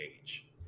age